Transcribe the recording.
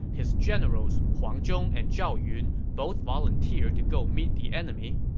his generals huang zhong and zhao yun both volunteered to go meet the enemy,